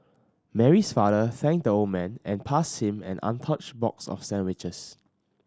Mary's father thanked the old man and passed him an untouched box of sandwiches